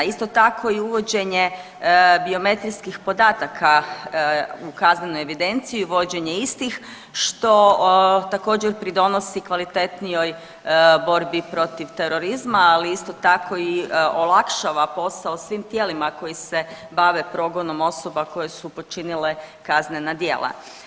Isto tako i uvođenje biometrijskih podataka u kaznenoj evidenciji i vođenje istih što također pridonosi kvalitetnijoj borbi protiv terorizma ali isto tako i olakšava posao svim tijelima koji se bave progonom osoba koje su počinile kaznena djela.